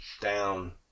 down